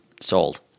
Sold